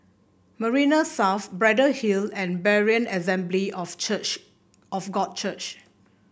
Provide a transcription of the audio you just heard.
Marina South Braddell Hill and Berean Assembly of Church of God Church